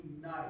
nice